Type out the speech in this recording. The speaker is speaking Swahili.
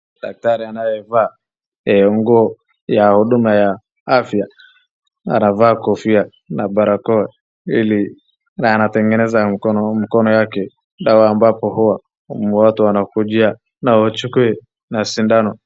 Daktari anayevaa nguo ya huduma ya afya anavaa kofia na barakoa ili. Na anatengeza mkono, mkono wake dawa ambapo huwa watu wanakujai na wachukui na sindano.